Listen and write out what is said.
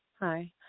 Hi